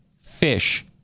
fish